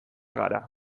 gara